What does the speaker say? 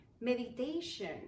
meditation